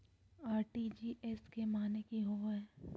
RTGS के माने की होबो है?